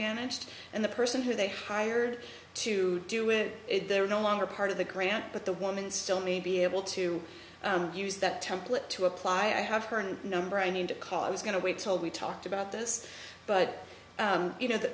managed and the person who they hired to do it they're no longer part of the grant but the woman still may be able to use that template to apply i have her number i need to call i was going to wait till we talked about this but you know th